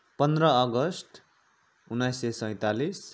पन्ध्र अगस्त उन्नाइस सय सैँतालिस